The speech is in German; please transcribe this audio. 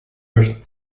möchten